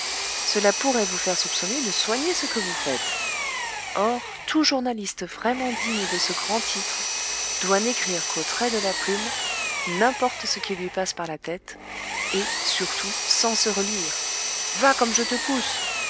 cela pourrait vous faire soupçonner de soigner ce que vous faites or tout journaliste vraiment digne de ce grand titre doit n'écrire qu'au trait de la plume n'importe ce qui lui passe par la tête et surtout sans se relire va comme je te pousse